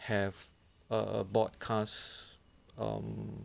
have a broadcast um